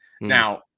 Now